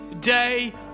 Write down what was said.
day